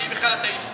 כשהיא בכלל אתאיסטית.